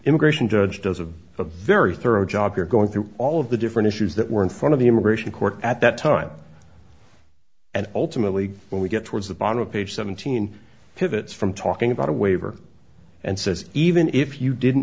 immigration judge does have a very thorough job here going through all of the different issues that were in front of the immigration court at that time and ultimately when we get towards the bottom of page seventeen pivots from talking about a waiver and says even if you didn't